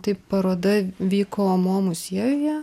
tai paroda vyko mo muziejuje